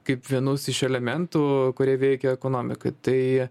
kaip vienus iš elementų kurie veikia ekonomiką tai